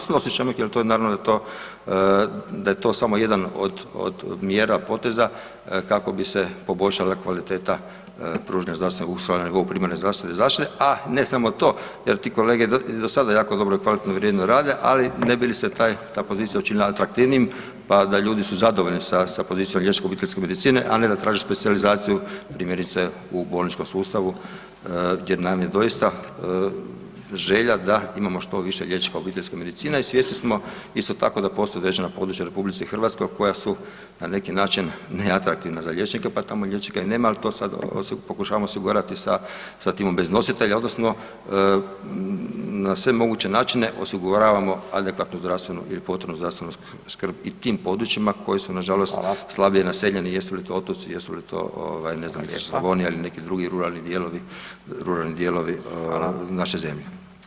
Snosit ćemo ih jel to, naravno da je to, da je to samo jedan od, od mjera i poteza kako bi se poboljšala kvaliteta pružanja zdravstvene, u stvari primarne zdravstvene zaštite, a ne samo to jer ti kolege i do sada jako dobro i kvalitetno i vrijedno rade, ali ne bi li se taj, ta pozicija učinila atraktivnijim, pa da ljudi su zadovoljni sa, sa pozicijom liječničke obiteljske medicine, a ne da traže specijalizaciju primjerice u bolničkom sustavu gdje nam je doista želja da imamo što više liječnika obiteljske medicine i svjesni smo isto tako da postoje određena područja u RH koja su na neki način neatraktivna za liječnike, pa tamo liječnika i nema, al to sad pokušavamo osigurati sa, sa timom beznositelja odnosno na sve moguće načine osiguravamo adekvatnu zdravstvenu ili potrebnu zdravstvenu skrb i tim područjima koja su nažalost slabije naseljeni jesu li to otoci, jesu li to ovaj ne znam gdje Slavonija ili neki drugi ruralni dijelovi, ruralni dijelovi naše zemlje.